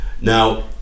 Now